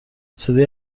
صدای